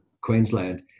Queensland